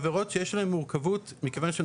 עבירות מילוליות הן עבירות שיש להן מורכבות מכיוון שהן